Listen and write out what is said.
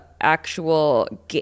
actual